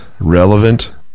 relevant